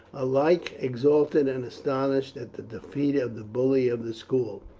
alike exultant and astonished at the defeat of the bully of the school.